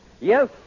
Yes